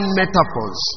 metaphors